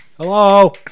Hello